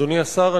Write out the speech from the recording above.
אדוני השר,